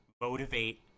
motivate